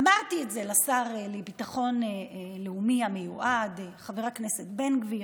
אמרתי את זה לשר המיועד לביטחון לאומי חבר הכנסת בן גביר,